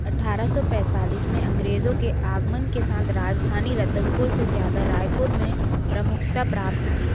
अठारह सौ पैंतालीस में अंग्रेजों के आगमन के साथ राजधानी रतनपुर से ज़्यादा रायपुर ने प्रमुखता प्राप्त की